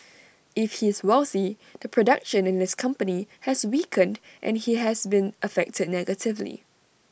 if he's wealthy the production in his company has weakened and he has been affected negatively